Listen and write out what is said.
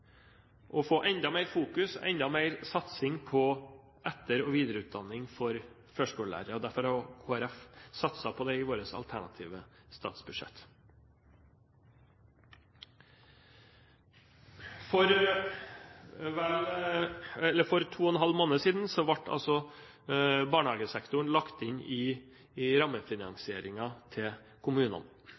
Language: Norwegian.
å få enda mer fokusering på og enda mer satsing på etter- og videreutdanning for førskolelærere. Derfor har Kristelig Folkeparti satset på det i sitt alternative statsbudsjett. For to og en halv måned siden ble barnehagesektoren lagt inn i rammefinansieringen til kommunene.